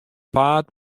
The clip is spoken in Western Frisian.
paad